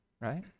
right